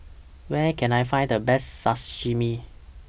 Where Can I Find The Best Sashimi